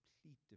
complete